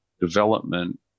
development